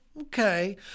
okay